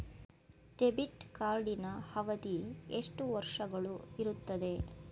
Debit ಕಾರ್ಡಿನ ಅವಧಿ ಎಷ್ಟು ವರ್ಷಗಳು ಇರುತ್ತದೆ?